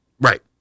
Right